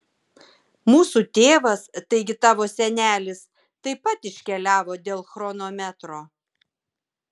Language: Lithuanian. mūsų tėvas taigi tavo senelis taip pat iškeliavo dėl chronometro